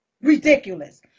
Ridiculous